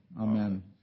Amen